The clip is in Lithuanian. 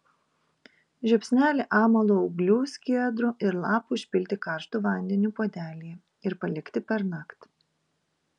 žiupsnelį amalo ūglių skiedrų ir lapų užpilti karštu vandeniu puodelyje ir palikti pernakt